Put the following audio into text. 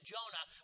Jonah